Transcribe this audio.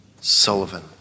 Sullivan